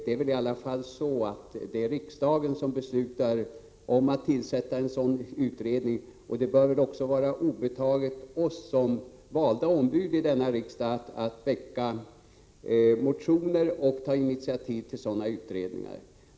Det är i alla fall riksdagen som beslutar om att tillsätta en sådan utredning, och det bör väl också vara oss obetaget som valda ombud i denna riksdag att väcka motioner och ta initiativ till sådana utredningar?